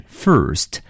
first